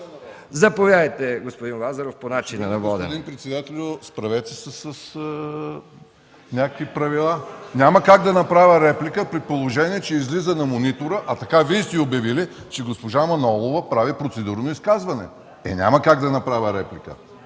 Заповядайте, господин Лазаров, по начина на водене. ДИМИТЪР ЛАЗАРОВ (ГЕРБ): Господин председателю, справете се с някакви правила – няма как да направя реплика, при положение че излиза на монитора, а така Вие сте обявили, че госпожа Манолова прави процедурно изказване. Е, няма как да направя реплика.